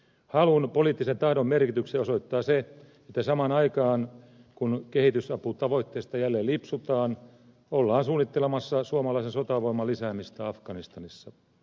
halun poliittisen tahdon merkityksen osoittaa se että samaan aikaan kun kehitysaputavoitteista jälleen lipsutaan ollaan suunnittelemassa suomalaisen sotavoiman lisäämistä afganistanissa